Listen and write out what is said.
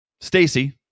Stacy